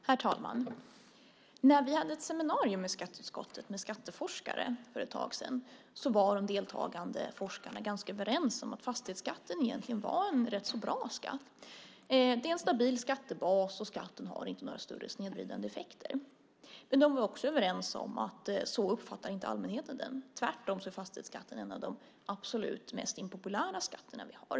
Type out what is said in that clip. Herr talman! När vi hade ett seminarium i skatteutskottet med skatteforskare för ett tag sedan var de deltagande forskarna ganska överens om att fastighetsskatten egentligen är en rätt så bra skatt. Det är en stabil skattebas, och skatten har inte några större snedvridande effekter. Men de var också överens om att allmänheten inte uppfattar den så. Tvärtom är fastighetsskatten en av de absolut mest impopulära skatterna vi har.